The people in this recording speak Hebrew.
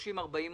30 40 עמודים,